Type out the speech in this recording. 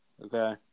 okay